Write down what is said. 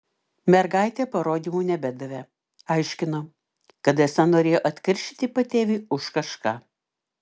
mergaitė parodymų nebedavė aiškino kad esą norėjo atkeršyti patėviui už kažką